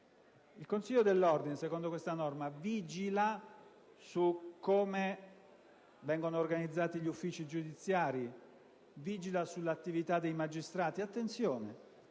Il consiglio dell'ordine, secondo questa norma, vigila su come vengono organizzati gli uffici giudiziari, vigila sull'attività dei magistrati.